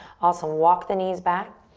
awesome, walk the knees back.